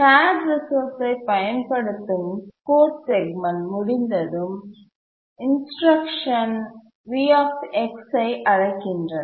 shared ரிசோர்ஸஐ பயன்படுத்தும் code segment முடிந்ததும் இன்ஸ்ரக்சன் Vஐ அழைக்கின்றன